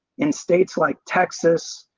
in states like texas,